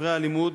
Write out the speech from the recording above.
ספרי הלימוד